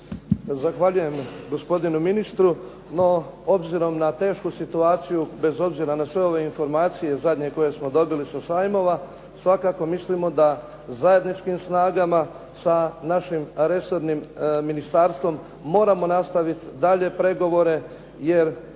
Zahvaljujem gospodinu ministru. No, obzirom na tešku situaciju bez obzira na sve ove informacije zadnje koje smo dobili sa sajmova svakako mislimo da zajedničkim snagama sa našim resornim ministarstvom moramo nastaviti dalje pregovore jer